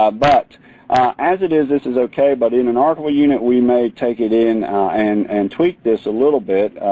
ah but as it is this is okay. but in an archival unit we may take it in and and tweak this a little bit.